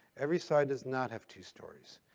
every side does not have two stories.